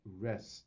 rest